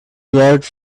large